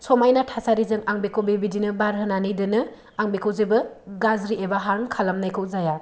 समायना थासारिजों आं बेखौ बेबायदिनो बार होनानाै दोनो आं बेखौ जेबो गाज्रि एबा हार्म खालामनायखौ जाया